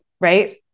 right